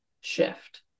shift